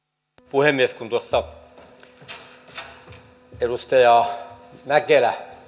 puhemies kun tuossa edustaja mäkelä oliko